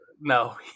No